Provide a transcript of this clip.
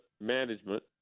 management